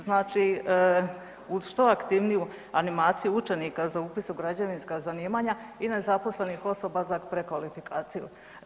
Znači uz što aktivniju animaciju učenika za upis u građevinska zanimanja i nezaposlenih osoba za prekvalifikaciju.